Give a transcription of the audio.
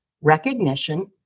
recognition